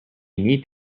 need